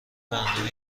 برنامه